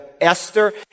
Esther